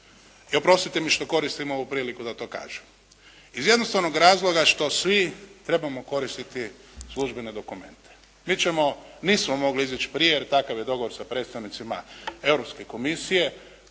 I oprostite mi što koristim ovu priliku da to kažem. Iz jednostavnog razloga što svi trebamo koristiti službene dokumente. Mi ćemo, nismo mogli izići prije jer takav je dogovor sa predstavnicima Europske komisije,